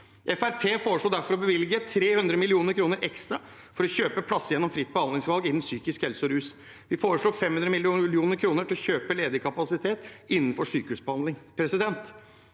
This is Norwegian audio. foreslår derfor å bevilge 300 mill. kr ekstra for å kjøpe plasser gjennom fritt behandlingsvalg innen psykisk helse og rus. Vi foreslår 500 mill. kr til å kjøpe ledig kapasitet innenfor sykehusbehandling.